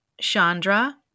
Chandra